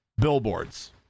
billboards